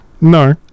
No